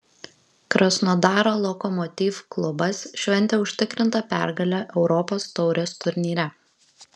krasnodaro lokomotiv klubas šventė užtikrintą pergalę europos taurės turnyre